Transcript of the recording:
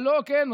כן,